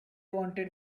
wanted